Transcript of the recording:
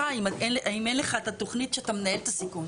אם אין לך את התוכנית שאתה מנהל את הסיכון.